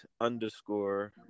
underscore